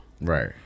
Right